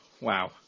wow